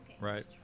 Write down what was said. right